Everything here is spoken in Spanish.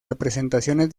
representaciones